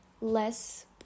less